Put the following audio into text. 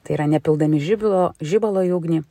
tai yra nepildami žibilo žibalo į ugnį